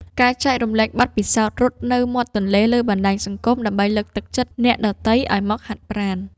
ការចែករំលែកបទពិសោធន៍រត់នៅមាត់ទន្លេលើបណ្ដាញសង្គម ដើម្បីលើកទឹកចិត្តអ្នកដទៃឱ្យមកហាត់ប្រាណ។